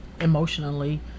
emotionally